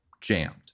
jammed